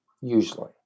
usually